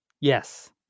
Yes